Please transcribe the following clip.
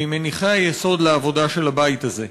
ממניחי היסוד לעבודה של הבית הזה.